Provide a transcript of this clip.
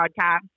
podcast